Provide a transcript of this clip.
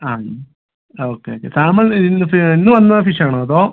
ആയി okay okay salmon ഇത് ഇന്ന് വന്ന ഫിഷ് ആണോ അതോ